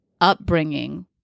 upbringing